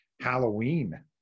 Halloween